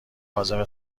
عازم